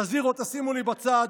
ואת הזירו תשימו לי בצד,